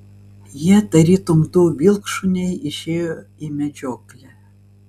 jie tarytum du vilkšuniai išėjo į medžioklę